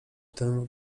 tym